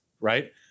right